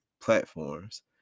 platforms